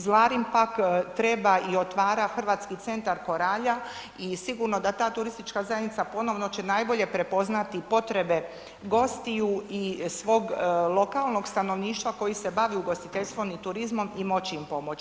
Zlarin pak treba i otvara Hrvatski centar koralja i sigurno da ta turistička zajednica ponovno će najbolje prepoznati potrebe gostiju i svog lokalnog stanovništva koji se bavi ugostiteljstvom i turizmom i moći im pomoći.